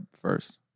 first